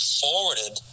forwarded